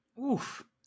Oof